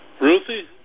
Ruthie